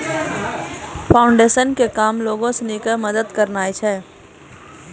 foundation के काम लोगो सिनी के मदत करनाय छै